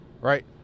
right